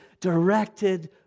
directed